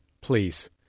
Please